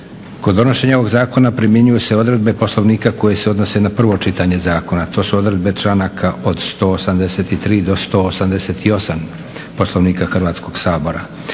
Kod donošenja ovog zakona primjenjuju se odredbe Poslovnika koje se odnose na prvo čitanje zakona, to su odredbe članaka od 183. do 188. Poslovnika Hrvatskog sabora.